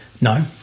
No